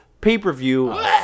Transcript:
pay-per-view